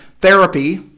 therapy